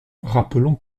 rappelons